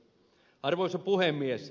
arvoisa puhemies